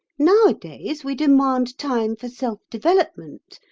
nowadays we demand time for self-development,